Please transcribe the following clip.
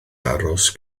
aros